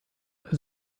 also